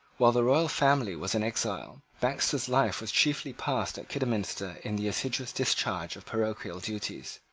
while the royal family was in exile, baxter's life was chiefly passed at kidderminster in the assiduous discharge of parochial duties.